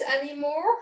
anymore